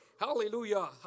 Hallelujah